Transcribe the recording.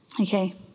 Okay